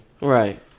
Right